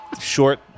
short